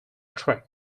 trek